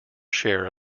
share